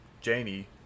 Janie